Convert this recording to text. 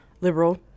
liberal